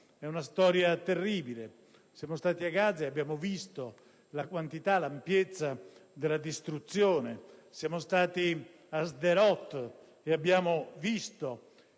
È una storia terribile. Siamo stati a Gaza e abbiamo osservato la quantità e l'ampiezza della distruzione; siamo stati a Sderot e abbiamo visto